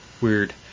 weird